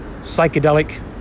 Psychedelic